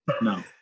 No